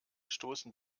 stoßen